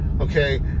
Okay